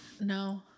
No